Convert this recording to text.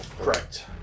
Correct